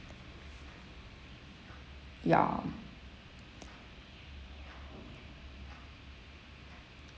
ya